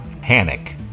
panic